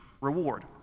reward